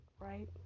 Right